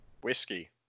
whiskey